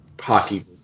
hockey